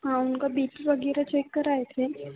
हाँ उनका B P वगैरह चेक कराये थे